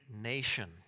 nation